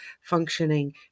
functioning